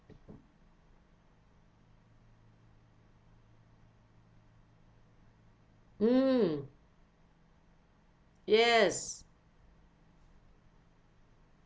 mm yes